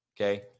okay